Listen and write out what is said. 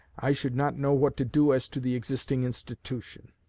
i should not know what to do as to the existing institution.